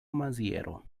maziero